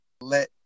let